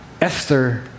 Esther